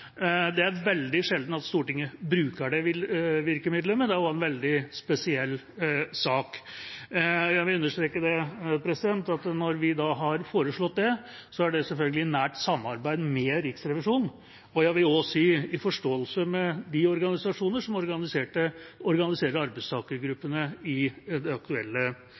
Det er veldig sjelden at Stortinget bruker det virkemiddelet, men dette er også en veldig spesiell sak. Jeg vil understreke at når vi da har foreslått det, er det selvfølgelig i nært samarbeid med Riksrevisjonen – og jeg vil også si i forståelse med de organisasjoner som organiserer arbeidstakergruppene i det aktuelle